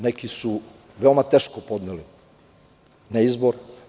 Neki su veoma teško podneli neizbor.